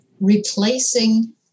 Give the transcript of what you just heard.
replacing